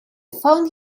found